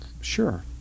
sure